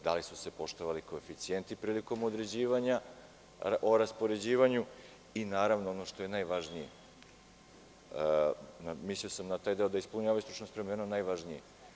Da li su se poštovali koeficijenti prilikom određivanja o raspoređivanju i naravno ono što je najvažnije, mislio sam na taj deo da ispunjavaju stručnu spremu, jedno od najvažniji?